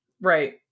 right